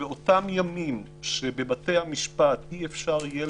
שבאותם ימים שבבתי המשפט אי-אפשר יהיה